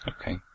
Okay